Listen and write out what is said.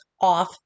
off